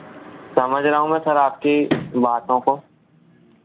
समझ रहा हूँ मैं सर आपकी बातों को